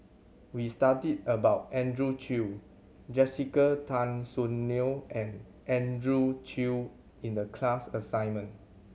we studied about Andrew Chew Jessica Tan Soon Neo and Andrew Chew in the class assignment